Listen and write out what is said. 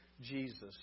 Jesus